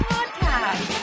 Podcast